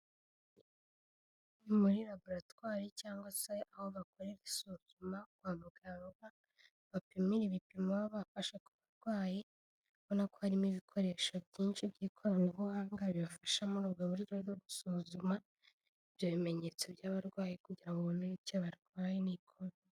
Muri raboratwari cyangwa se aho bakorera isuzuma kwa muganga, bapimira ibipimo babafasha ku barwayi, ubona ko harimo ibikoresho byinshi by'ikoranabuhanga bibafasha muri ubwo buryo bwo gusuzuma, ibyo bimenyetso by'abarwayi, kugira ngo babone icyo barwaye.